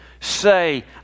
say